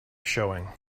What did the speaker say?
showing